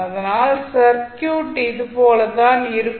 அதனால் சர்க்யூட் இது போல தான் இருக்கும்